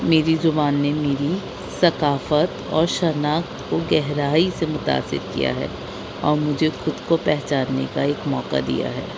میری زبان نے میری ثقافت اور شناخت کو گہرائی سے متاثر کیا ہے اور مجھے خود کو پہچاننے کا ایک موقع دیا ہے